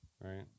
Right